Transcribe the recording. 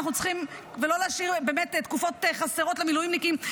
ולא להשאיר תקופות חסרות למילואימניקים,